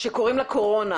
שקוראים לה קורונה.